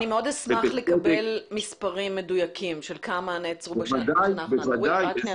אני מאוד אשמח לקבל מספרים מדויקים של כמה נעצרו בשנה האחרונה.